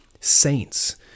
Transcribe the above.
saints